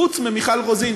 חוץ ממיכל רוזין,